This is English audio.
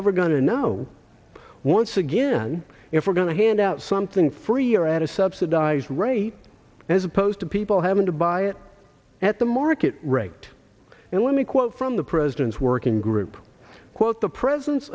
ever going to know once again if we're going to hand out something free or at a subsidized rate as opposed to people having to buy it at the market rate and let me quote from the president's working group quote the presence